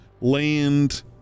land